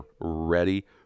ready